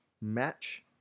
match